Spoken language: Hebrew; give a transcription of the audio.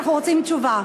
אנחנו רוצים תשובה.